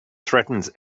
threatens